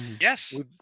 Yes